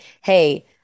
hey